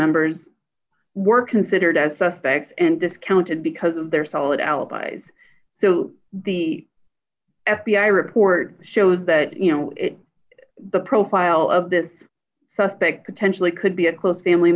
members were considered as suspects and discounted because of their solid alibi so the f b i report shows that you know the profile of this suspect potentially could be a close family